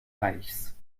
reichs